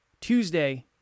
Tuesday